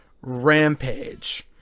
rampage